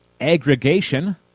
aggregation